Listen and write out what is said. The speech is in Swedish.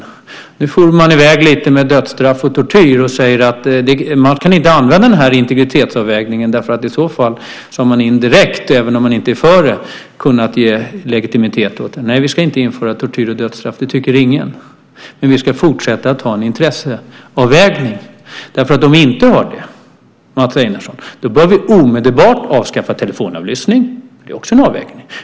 Mats Einarsson for i väg lite med dödsstraff och tortyr och sade att man inte kan använda den här integritetsavvägningen för i så fall har man indirekt, även om man inte är för det, kunnat ge legitimitet åt sådant. Nej, vi ska inte införa tortyr och dödsstraff. Det tycker ingen. Men vi ska fortsätta att ha en intresseavvägning. Om vi inte har det, Mats Einarsson, bör vi omedelbart avskaffa telefonavlyssning, för det är också en avvägning.